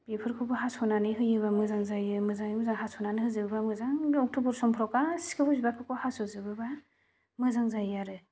बेफोरखौबो हास'नानै होयोबा मोजां जायो मोजाङै मोजां हास'नानै होजोबबा मोजां अक्ट'बर समफोराव गासैखौबो बिबारफोरखौ हास'जोबोबा मोजां जायो आरो